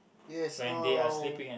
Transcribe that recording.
yes how